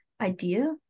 idea